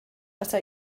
ata